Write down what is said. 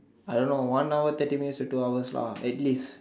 I don't know one hour thirty minutes to two hours lah at least